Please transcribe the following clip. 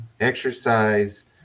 exercise